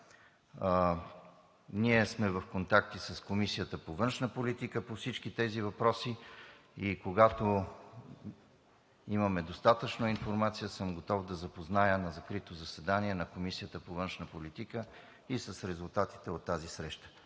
Ние сме в контакти с Комисията по външна политика по всички тези въпроси и когато имаме достатъчно информация, съм готов да запозная на закрито заседание Комисията по външна политика и с резултатите от тази среща.